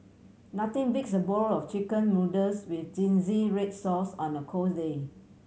nothing beats a bowl of Chicken Noodles with zingy red sauce on a cold day